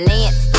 Lance